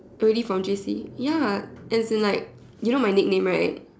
already from J_C ya as in like you know my nickname right